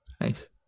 Nice